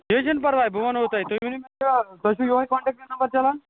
کیٚنٛہہ چھُنہٕ پَرواے بہٕ وَنہو تۄہہِ تُہۍ ؤنِو مےٚ کیٛاہ تۄہہِ چھُو یِہَے کانٛٹٮ۪کٹہٕ نَمبَر چَلان